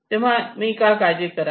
तेव्हा मि का काळजी करावी